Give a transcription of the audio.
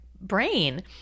brain